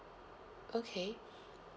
okay